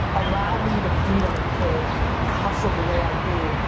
allow me the freedom to hustle the way i do.